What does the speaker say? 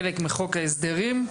חלק מחוק ההסדרים.